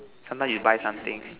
sometimes you buy something